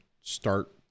start